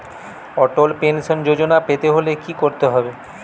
অটল pension Yojana পেতে হলে কি করতে হবে?